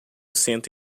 senta